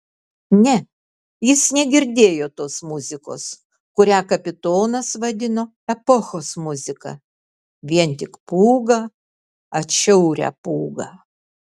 ne jis negirdėjo tos muzikos kurią kapitonas vadino epochos muzika vien tik pūgą atšiaurią pūgą